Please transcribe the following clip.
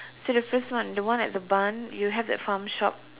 see the first one the one at the barn you have that farm shop